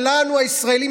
שלנו הישראלים,